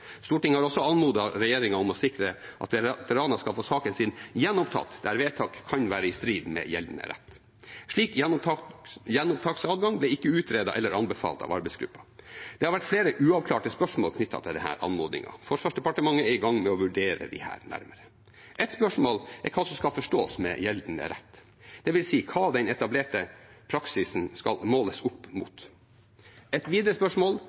Stortinget har også anmodet regjeringen om å sikre at veteranene skal få saken sin gjenopptatt der vedtak kan være i strid med gjeldende rett. Slik gjenopptakelsesadgang ble ikke utredet eller anbefalt av arbeidsgruppa. Det har vært flere uavklarte spørsmål knyttet til denne anmodningen. Forsvarsdepartementet er i gang med å vurdere disse nærmere. Et spørsmål er hva som skal forstås med gjeldende rett, dvs. hva den etablerte praksisen skal måles opp mot. Et videre spørsmål